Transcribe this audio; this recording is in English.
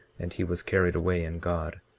and he was carried away in god